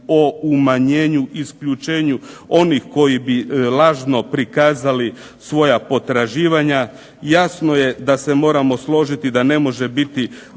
o umanjenju, isključenju onih koji bi lažno prikazali svoja potraživanja. Jasno je da se moramo složiti da ne može biti